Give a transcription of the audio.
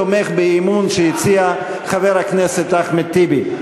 תומך באי-אמון שהציע חבר הכנסת אחמד טיבי.